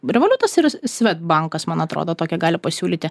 revoliutas yra svedbankas man atrodo tokią gali pasiūlyti